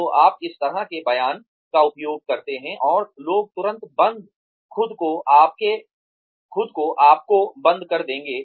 तो आप इस तरह के एक बयान का उपयोग करते हैं और लोग तुरंत बंद खुद को आपको बंद कर देंगे